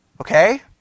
Okay